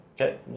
Okay